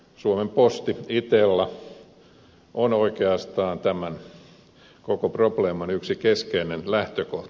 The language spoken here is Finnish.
suomen posti itella on oikeastaan tämän koko probleeman yksi keskeinen lähtökohta